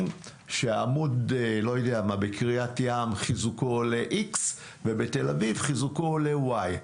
שחיזוקו של עמוד למשל בקריית ים עולה איקס ובתל אביב חיזוקו עולה ואי.